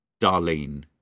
Darlene